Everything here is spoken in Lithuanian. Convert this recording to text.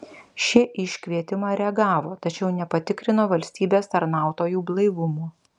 šie į iškvietimą reagavo tačiau nepatikrino valstybės tarnautojų blaivumo